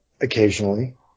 occasionally